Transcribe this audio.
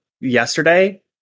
yesterday